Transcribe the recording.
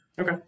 Okay